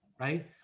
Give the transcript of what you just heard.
right